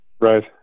Right